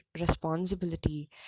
responsibility